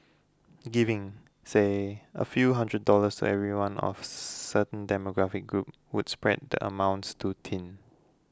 giving say a few hundred dollars everyone of certain demographic group would spread the amounts too thin